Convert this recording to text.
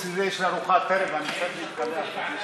ועדת הכנסת נתקבלה.